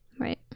right